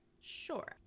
Sure